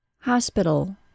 Hospital